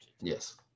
Yes